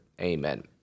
amen